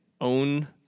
own